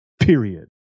Period